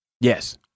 Yes